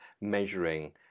measuring